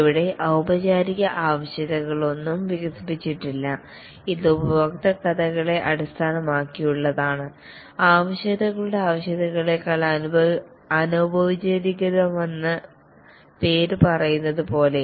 ഇവിടെ ഔപചാരിക ആവശ്യകതകളൊന്നും വികസിപ്പിച്ചിട്ടില്ല ഇത് ഉപയോക്തൃ കഥകളെ അടിസ്ഥാനമാക്കിയുള്ളതാണ് ആവശ്യകതകളുടെ ആവശ്യകതയേക്കാൾ അനൌപചാരികമാണിതെന്ന് പേര് പറയുന്നതുപോലെ